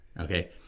okay